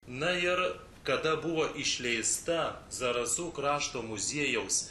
na ir kada buvo išleista zarasų krašto muziejaus